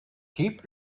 keep